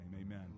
Amen